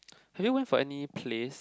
have you went for any plays